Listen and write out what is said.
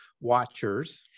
watchers